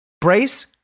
Brace